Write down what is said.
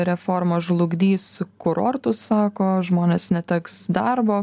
reforma žlugdys kurortus sako žmonės neteks darbo